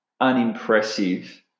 Unimpressive